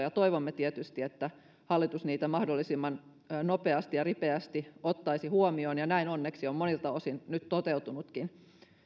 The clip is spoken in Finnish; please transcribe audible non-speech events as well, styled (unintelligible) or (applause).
(unintelligible) ja toivomme tietysti että hallitus niitä mahdollisimman nopeasti ja ripeästi ottaisi huomioon ja näin onneksi on monilta osin nyt toteutunutkin